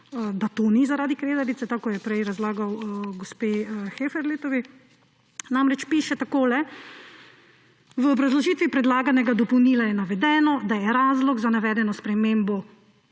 da to ni zaradi Kredarice, tako kot je prej razlagal gospe Heferletovi. Namreč piše takole. V obrazložitvi predlaganega dopolnila je navedeno, da je razlog za navedeno spremembo,